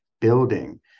building